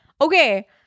okay